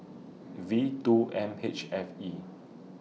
V two M H F E